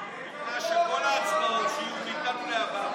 בתנאי שכל ההצבעות שיהיו מכאן ואילך,